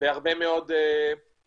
בהרבה מאוד אופנים.